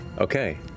Okay